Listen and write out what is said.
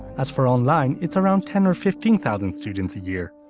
as for online it's around ten or fifteen thousand students a year.